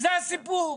זה הסיפור.